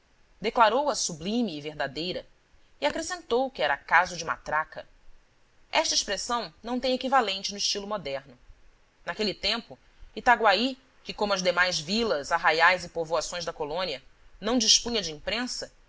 entusiasmo declarou-a sublime e verdadeira e acrescentou que era caso de matraca esta expressão não tem equivalente no estilo moderno naquele tempo itaguaí que como as demais vilas arraiais e povoações da colônia não dispunha de imprensa